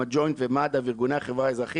עם הג'וינט ומד"א וארגוני החברה האזרחית.